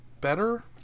better